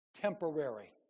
temporary